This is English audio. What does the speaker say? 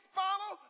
follow